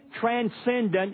transcendent